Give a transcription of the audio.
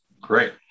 great